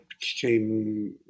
came